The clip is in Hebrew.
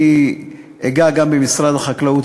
אני אגע גם במשרד החקלאות,